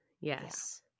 yes